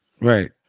Right